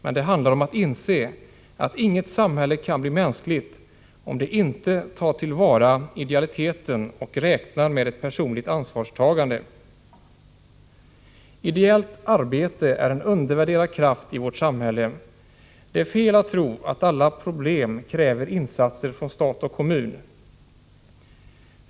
Men det handlar om att inse att inget samhälle kan bli mänskligt, om det inte tar till vara idealiteten och räknar med ett personligt ansvarstagande. Ideellt arbete är en undervärderad kraft i vårt samhälle. Det är fel att tro att alla problem kräver insatser från stat och kommun.